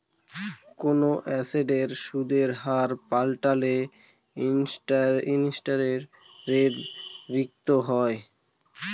কোনো এসেটের সুদের হার পাল্টালে ইন্টারেস্ট রেট রিস্ক হয়